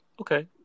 okay